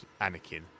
Anakin